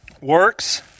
Works